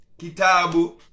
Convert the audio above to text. Kitabu